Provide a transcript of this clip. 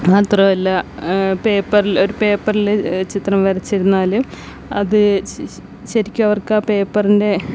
മാത്രമല്ല പേപ്പറിൽ ഒരു പേപ്പറിൽ ചിത്രം വരച്ചിരുന്നാലും അത് ശ് ശരിക്കും അവർക്ക് ആ പേപ്പറിൻ്റെ